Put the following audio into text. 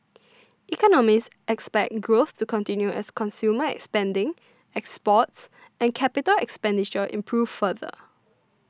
economists expect growth to continue as consumer spending exports and capital expenditure improve further